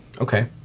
Okay